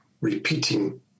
repeating